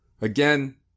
again